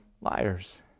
liars